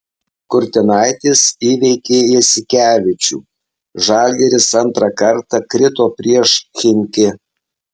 kurtinaitis įveikė jasikevičių žalgiris antrą kartą krito prieš chimki